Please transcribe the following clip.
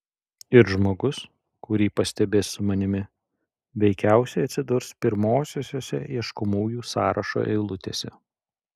ir žmogus kurį pastebės su manimi veikiausiai atsidurs pirmosiose ieškomųjų sąrašo eilutėse